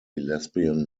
lesbian